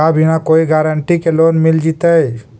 का बिना कोई गारंटी के लोन मिल जीईतै?